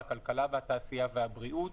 הכלכלה והתעשייה והבריאות.